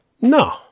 No